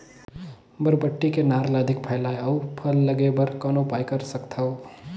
बरबट्टी के नार ल अधिक फैलाय अउ फल लागे बर कौन उपाय कर सकथव?